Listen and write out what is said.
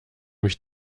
mich